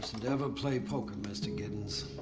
never play poker, mr. giddens.